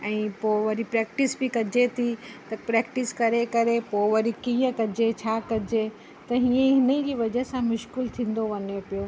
ऐं पोइ वरी प्रैक्टिस बि कजे थी त प्रैक्टिस करे करे पोइ वरी कीअं कजे छा कजे त हींअ ई हिन ई जी वजह सां मुश्किल थींदो वञे पियो